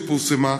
פורסם,